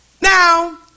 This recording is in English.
Now